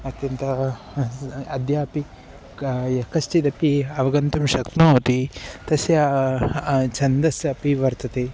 अत्यन्ता अद्यापि यः कश्चिदपि अवगन्तुं शक्नोति तस्य छन्दः अपि वर्तते